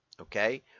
Okay